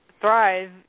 thrive